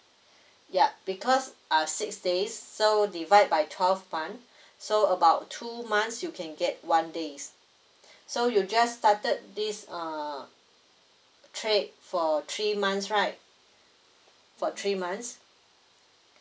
yup because uh six days so divide by twelve month so about two months you can get one days so you just started this uh trade for three months right for three months